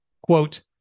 Quote